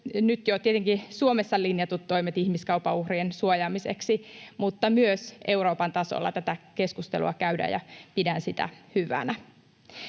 nyt jo tietenkin Suomessa linjatut toimet ihmiskaupan uhrien suojaamiseksi, mutta myös Euroopan tasolla tätä keskustelua käydään, ja pidän sitä hyvänä.